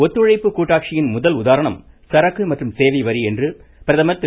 ஒத்துழைப்பு கூட்டாட்சியின் முதல் உதாரணம் சரக்கு மற்றும் சேவை வரி என்று பிரதமர் திரு